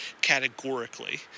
categorically